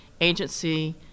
agency